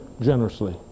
generously